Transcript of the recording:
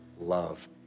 love